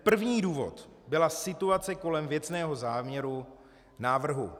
První důvod byla situace kolem věcného záměru návrhu.